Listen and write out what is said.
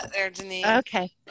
Okay